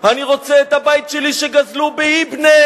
אני רוצה את הבית שלי שגזלו ביבנה.